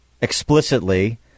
explicitly